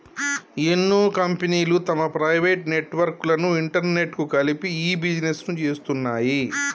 ఎన్నో కంపెనీలు తమ ప్రైవేట్ నెట్వర్క్ లను ఇంటర్నెట్కు కలిపి ఇ బిజినెస్ను చేస్తున్నాయి